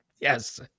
Yes